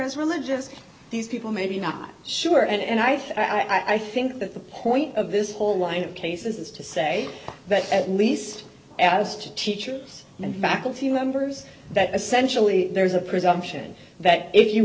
as religious these people maybe not sure and i think i think that the point of this whole line of cases is to say that at least as to teachers and faculty members that essentially there's a presumption that if you